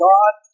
God